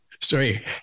sorry